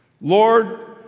Lord